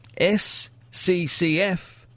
SCCF